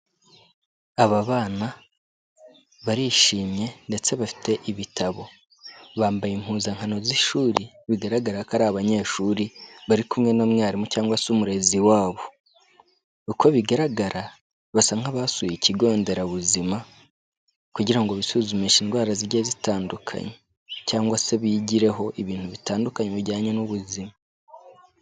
Aba bana barishimye ndetse bafite ibitabo, bambaye impuzankano z'ishuri, bigaragara ko ari abanyeshuri, bari kumwe n'umwarimu cyangwa se umurezi wabo, uko bigaragara basa nk'abasuye ikigo nderabuzima kugira ngo bisuzumishe indwara zigiye zitandukanye, cyangwa se bigireho ibintu bitandukanye bijyanye n'ubuzima.